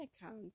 account